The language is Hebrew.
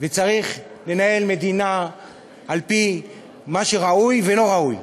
וצריך לנהל מדינה על-פי מה שראוי ולא ראוי.